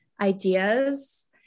ideas